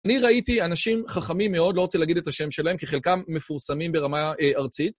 אני ראיתי אנשים חכמים מאוד, לא רוצה להגיד את השם שלהם, כי חלקם מפורסמים ברמה הארצית.